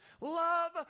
love